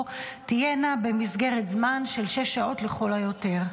תהיינה במסגרת זמן של שש שעות לכל היותר.